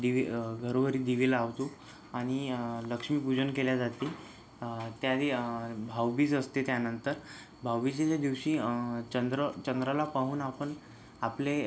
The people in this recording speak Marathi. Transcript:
दिवे घरोघरी दिवे लावतो आणि लक्ष्मीपूजन केल्या जाते त्याआधी भाऊबीज असते त्यानंतर भाऊबीजेच्या दिवशी चंद्र चंद्राला पाहून आपण आपले